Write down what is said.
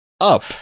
up